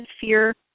fear